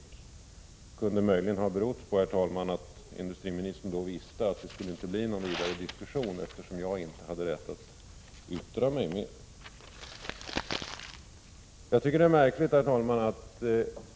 Det kunde möjligen, herr talman, bero på att industriministern då visste att det inte skulle bli någon vidare diskussion eftersom jag inte hade rätt att yttra mig mer. Herr talman!